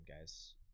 guys